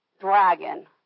dragon